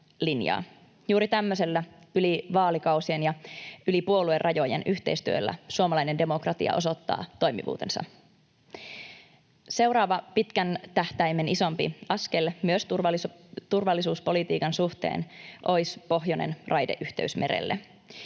yhteistyöllä yli vaalikausien ja yli puoluerajojen suomalainen demokratia osoittaa toimivuutensa. Seuraava pitkän tähtäimen isompi askel myös turvallisuuspolitiikan suhteen olisi pohjoinen raideyhteys merelle.